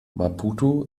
maputo